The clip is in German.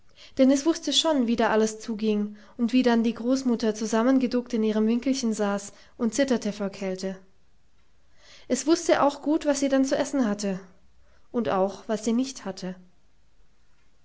denn es wußte schon wie da alles zuging und wie dann die großmutter zusammengeduckt in ihrem winkelchen saß und zitterte vor kälte es wußte auch gut was sie dann zu essen hatte und auch was sie nicht hatte